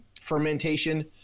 fermentation